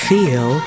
Feel